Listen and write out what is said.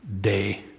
day